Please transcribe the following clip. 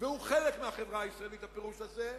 והוא חלק מהחברה הישראלית, הפירוש הזה,